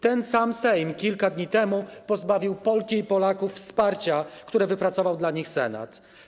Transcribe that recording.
Ten sam Sejm kilka dni temu pozbawił Polki i Polaków wsparcia, które wypracował dla nich Senat.